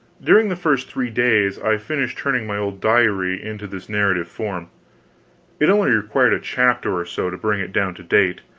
during the first three days, i finished turning my old diary into this narrative form it only required a chapter or so to bring it down to date.